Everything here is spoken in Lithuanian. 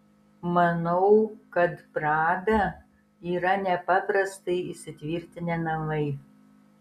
manau kad prada yra nepaprastai įsitvirtinę namai